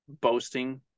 boasting